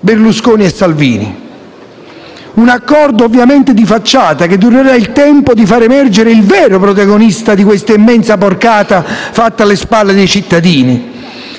Berlusconi e Salvini. Un accordo ovviamente di facciata che durerà il tempo di far emergere il vero protagonista di questa ennesima porcata fatta alle spalle dei cittadini.